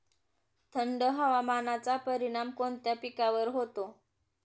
थंड हवामानाचा परिणाम कोणत्या पिकावर होतो?